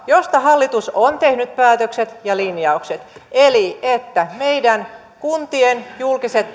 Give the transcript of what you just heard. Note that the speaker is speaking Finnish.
josta hallitus on tehnyt päätökset ja linjaukset voi nyt johtaa eli meidän kuntien julkiset